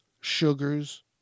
sugars